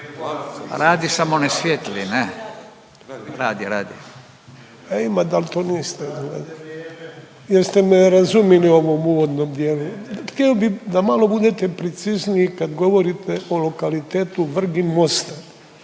Radi samo ne svijetli, ne, radi, radi./… A ima daltonista izgleda. Jer ste me razumili u ovom uvodnom dijelu? Htio bi da malo budete precizniji kad govorite o lokalitetu Vrginmosta